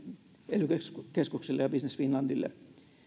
ely keskuksille ja business finlandille